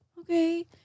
okay